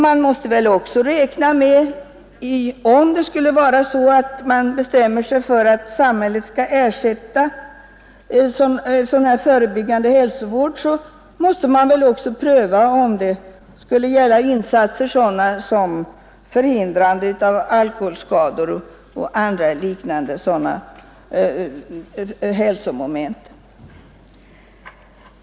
Man måste också räkna med att om man bestämmer sig för att samhället skall ersätta sådan förebyggande hälsovård, måste man också pröva om det skulle gälla sådana insatser som förhindrande av alkoholskador och andra liknande hälsomoment.